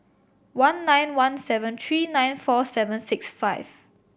one nine one seven three nine four seven six five